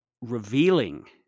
revealing